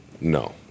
No